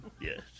Yes